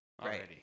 already